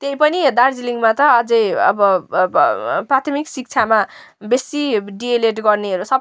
त्यही पनि दार्जिलिङमा त अझै अब प्राथमिक शिक्षामा बेसी डिइएलइडी गर्नेहरू